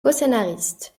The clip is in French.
coscénariste